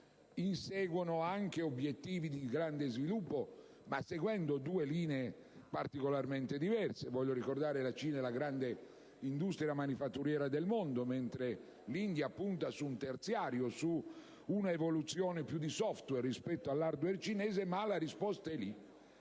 inseguono anche obiettivi di grande sviluppo, ma seguendo due linee particolarmente diverse (voglio ricordare che la Cina rappresenta la più grande industria manifatturiera del mondo, mentre l'India punta sul terziario, su una evoluzione più di *software* rispetto all'*hardware* cinese), ma la risposta è lì.